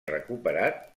recuperat